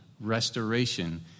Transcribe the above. restoration